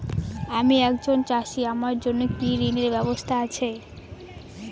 আমি একজন চাষী আমার জন্য কি ঋণের ব্যবস্থা আছে?